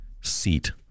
seat